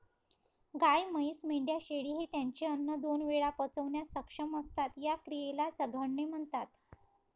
गाय, म्हैस, मेंढ्या, शेळी हे त्यांचे अन्न दोन वेळा पचवण्यास सक्षम असतात, या क्रियेला चघळणे म्हणतात